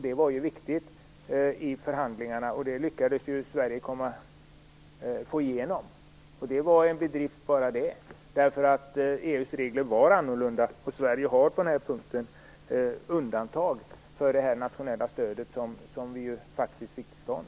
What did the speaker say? Det var viktigt i förhandlingarna, och det lyckades Sverige få igenom. Det var en bedrift bara det. EU:s regler var annorlunda, och Sverige har på den här punkten ett undantag för det nationella stödet som vi faktiskt fick till stånd.